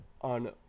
on